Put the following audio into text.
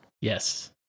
Yes